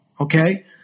okay